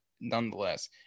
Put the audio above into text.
nonetheless